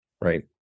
right